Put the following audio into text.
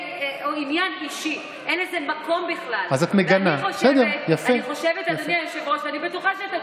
אז אני רוצה לומר לך שני,